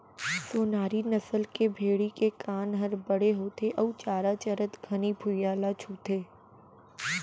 सोनारी नसल के भेड़ी के कान हर बड़े होथे अउ चारा चरत घनी भुइयां ल छूथे